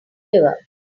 river